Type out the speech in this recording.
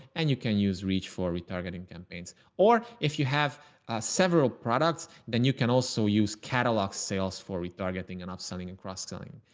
and you can use reach for retargeting campaigns. or if you have several products, then you can also use catalog sales for retargeting and up selling and cross-selling.